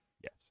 yes